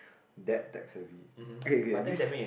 that attacks the V K K this